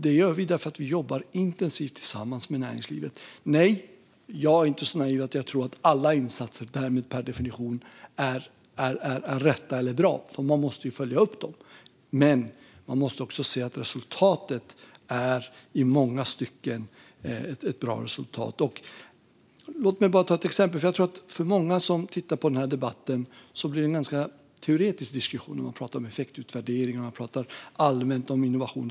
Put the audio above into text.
Det gör Sverige eftersom vi jobbar intensivt tillsammans med näringslivet. Nej, jag är inte så naiv att jag tror att alla insatser per definition är rätt eller bra - man måste följa upp dem. Men man kan också se att resultatet i många stycken är bra. Jag tror att många som tittar på denna debatt tycker att det blir en ganska teoretisk diskussion när man pratar om effektutvärdering och när man pratar allmänt om innovation.